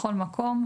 בכל מקום,